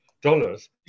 dollars